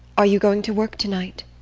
are you going to work tonight?